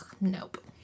Nope